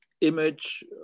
image